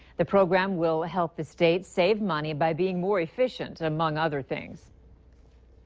the program will help the state save money by being more efficient, among other things.